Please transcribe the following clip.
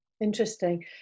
interesting